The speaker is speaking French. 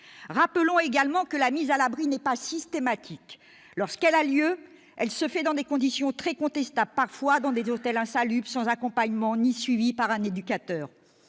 Rappelons également que la mise à l'abri n'est pas systématique. Lorsqu'elle a lieu, elle se fait dans des conditions très contestables, parfois dans des hôtels insalubres, sans accompagnement ni suivi par un éducateur.